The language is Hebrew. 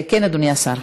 כן, אדוני השר.